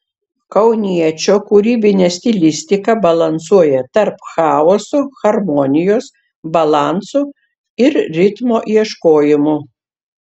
kauniečio kūrybinė stilistika balansuoja tarp chaoso harmonijos balanso ir ritmo ieškojimų